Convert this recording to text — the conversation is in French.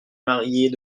mariée